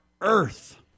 Earth